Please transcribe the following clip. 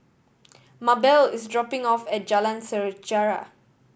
Mabelle is dropping off at Jalan Sejarah